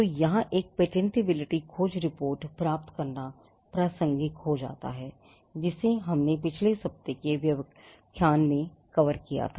तो यहां एक पेटेंटबिलिटी खोज रिपोर्ट प्राप्त करना प्रासंगिक हो जाता है जिसे हमने पिछले सप्ताह के व्याख्यान में कवर किया था